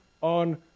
on